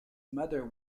mother